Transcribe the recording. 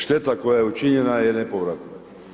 Šteta koja je učinjena je nepovratna.